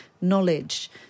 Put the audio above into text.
knowledge